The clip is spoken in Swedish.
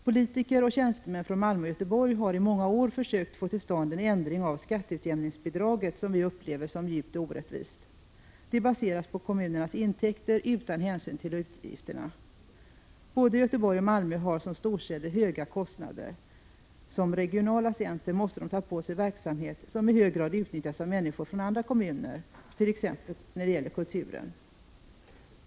Politiker och tjänstemän från Malmö och Göteborg har i många år försökt få till stånd en ändring av skatteutjämningsbidraget, som vi upplever som djupt orättvist. Det baseras på kommunernas intäkter utan hänsyn till utgifterna. Både Göteborg och Malmö har som storstäder höga kostnader. Som regionala centra måste de ta på sig kostnaderna för verksamheter som i hög grad utnyttjas av människor från andra kommuner, t.ex. när det gäller kulturen.